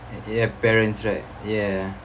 eh ya parents right ya